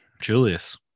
Julius